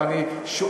אבל אני שואל,